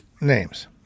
names